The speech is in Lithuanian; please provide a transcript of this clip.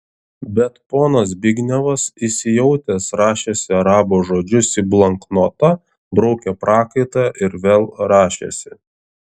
bet ponas zbignevas įsijautęs rašėsi arabo žodžius į bloknotą braukė prakaitą ir vėl rašėsi